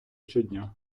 щодня